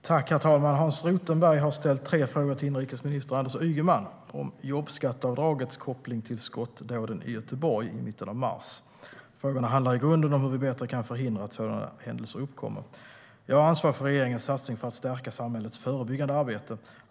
Herr talman! Hans Rothenberg har ställt tre frågor till inrikesminister Anders Ygeman om jobbskatteavdragets koppling till skottdåden i Göteborg i mitten av mars. Frågorna handlar i grunden om hur vi bättre kan förhindra att sådana händelser uppkommer. Jag är ansvarig för regeringens satsning för att stärka samhällets förebyggande arbete.